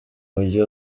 mujyi